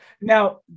Now